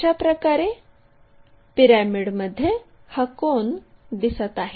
अशाप्रकारे पिरॅमिडमध्ये हा कोन दिसत आहे